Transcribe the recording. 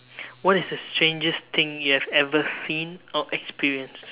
what is the strangest thing you have ever seen or experienced